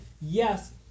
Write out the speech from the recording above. yes